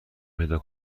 پیدا